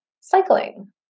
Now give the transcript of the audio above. cycling